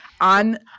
on